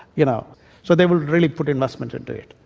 you know so they will really put investment into it.